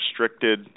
restricted